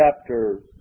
chapter